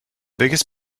biggest